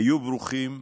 היו ברוכים,